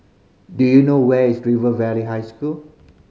do you know where is River Valley High School